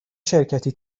شرکتی